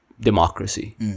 democracy